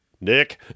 Nick